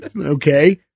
okay